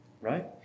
right